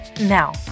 Now